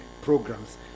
programs